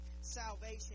Salvation